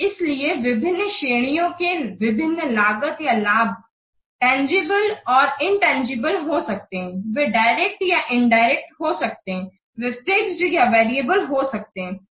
इसलिए विभिन्न श्रेणियों के विभिन्न लागत या लाभ तंजीबले और इनतंजीबले हो सकते हैं वे डायरेक्ट या इंदिरेक्ट हो सकते हैं वे फिक्स्ड या वेरिएबल हो सकते हैं